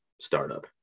startup